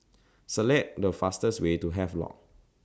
Select The fastest Way to Havelock